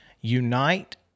unite